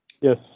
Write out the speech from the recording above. yes